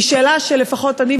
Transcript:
היא שאלה שלפחות אני,